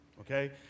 Okay